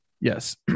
Yes